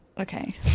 okay